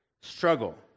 struggle